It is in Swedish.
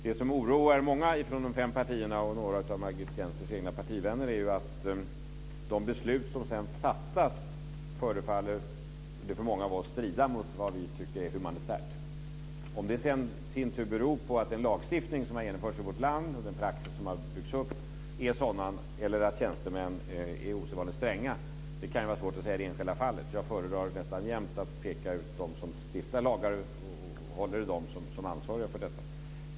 Det som oroar många från de fem partierna och några av Margit Gennsers egna partivänner är att de beslut som sedan fattas för många förefaller strida mot vad vi tycker är humanitärt. Om det i sin tur beror på att den lagstiftning som har genomförts i vårt land och den praxis som har byggts upp är sådan eller på att tjänstemän är osedvanligt stränga kan vara svårt att säga i det enskilda fallet. Jag föredrar nästan jämt att peka ut dem som stiftar lagar och hålla dem som ansvariga för detta.